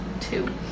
Two